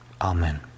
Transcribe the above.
Amen